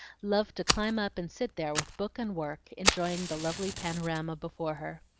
loved to climb up and sit there with book and work, enjoying the lovely panorama before her.